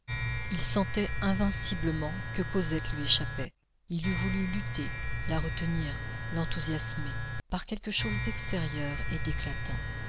il sentait invinciblement que cosette lui échappait il eût voulu lutter la retenir l'enthousiasmer par quelque chose d'extérieur et d'éclatant